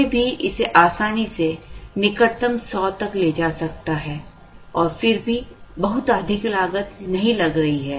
कोई भी इसे आसानी से निकटतम 100 तक ले जा सकता है और फिर भी बहुत अधिक लागत नहीं लग रही है